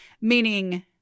Meaning